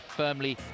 firmly